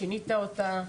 שינית אותה,